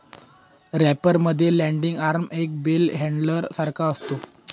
wrapper मध्ये landing arm एका bell handler सारखा असतो